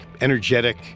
energetic